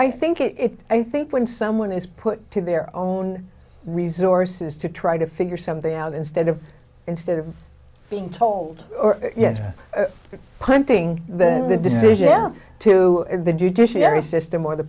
i think it's i think when someone is put to their own resources to try to figure something out instead of instead of being told yes or pointing then the decision to the judiciary system or the